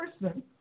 person